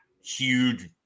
huge